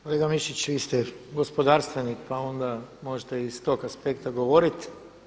Kolega Mišić, vi ste gospodarstvenik pa onda možete i iz tog aspekta govoriti.